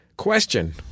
question